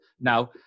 Now